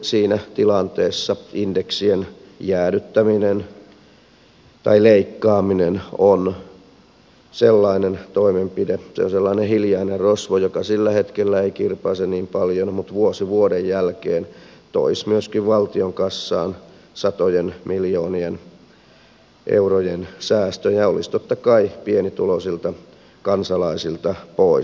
siinä tilanteessa indeksien jäädyttäminen tai leikkaaminen on sellainen toimenpide sellainen hiljainen rosvo joka sillä hetkellä ei kirpaise niin paljon mutta vuosi vuoden jälkeen toisi myöskin valtion kassaan satojen miljoonien eurojen säästöjä ja olisi totta kai pienituloisilta kansalaisilta pois